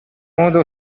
modo